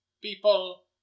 People